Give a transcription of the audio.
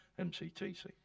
MCTC